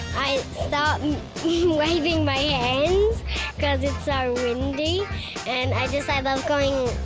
i start waving my hands cause it's so windy and i just, i love going,